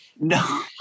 no